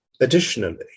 Additionally